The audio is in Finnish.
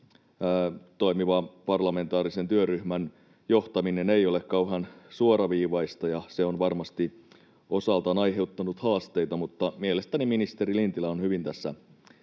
toimivan parlamentaarisen työryhmän johtaminen ei ole kauhean suoraviivaista, ja se on varmasti osaltaan aiheuttanut haasteita, mutta mielestäni ministeri Lintilä on hyvin tässä